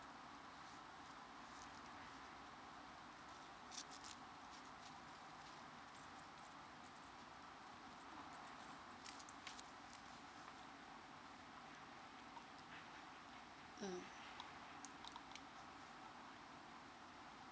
mm